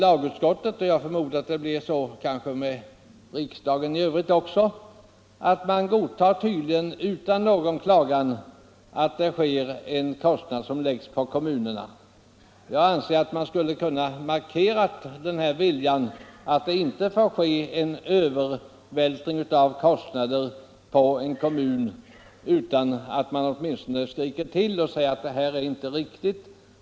Lagutskottet och, förmodar jag, riksdagen i övrigt godtar tydligen utan någon klagan att en kostnad läggs på kommunerna. Jag menar att man skulle ha kunnat markera att det inte får ske en övervältring av kostnader på en kommun utan att man åtminstone skriker till och säger att det inte är riktigt.